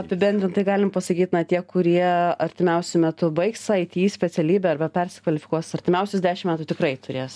apibendrintai galim pasakyt na tie kurie artimiausiu metu baigs aity specialybę arba persikvalifikuos artimiausius dešim metų tikrai turės